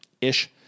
ish